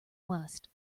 west